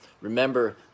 Remember